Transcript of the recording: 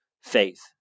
faith